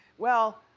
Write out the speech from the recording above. well,